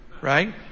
right